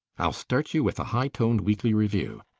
i'll start you with a hightoned weekly review.